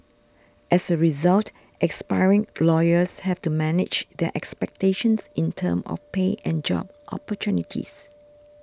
as a result aspiring lawyers have to manage their expectations in terms of pay and job opportunities